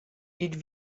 ils